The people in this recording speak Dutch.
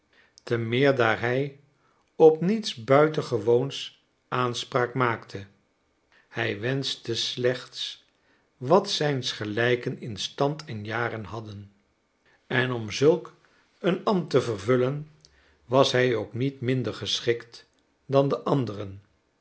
te meer daar hij op niets buitengewoons aanspraak maakte hij wenschte slechts wat zijns gelijken in stand en jaren hadden en om zulk een ambt te vervullen was hij ook niet minder geschikt dan de anderen